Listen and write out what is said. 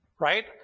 Right